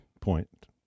point